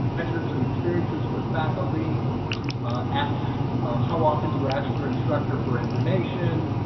measures and experiences with faculty asked how often do you ask your instructor for information?